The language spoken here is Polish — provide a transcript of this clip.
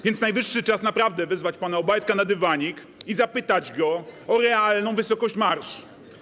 Więc najwyższy czas naprawdę wezwać pana Obajtka na dywanik i zapytać go o realną wysokość marż.